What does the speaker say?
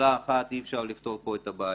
שבשאלה אחת אי אפשר לפתור פה את הבעיה.